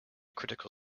critical